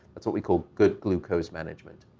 that's what we call good glucose management.